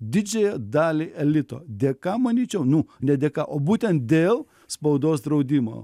didžiąją dalį elito dėka manyčiau nu ne dėka o būtent dėl spaudos draudimo